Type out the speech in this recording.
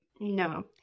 No